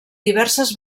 diverses